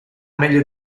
meglio